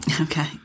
Okay